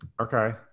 okay